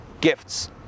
gifts